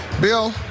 Bill